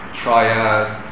triad